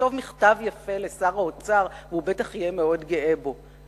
נכתוב מכתב יפה לשר האוצר והוא בטח יהיה מאוד גאה בו.